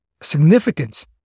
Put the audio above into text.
significance